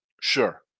sure